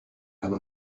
have